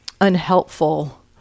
unhelpful